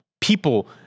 people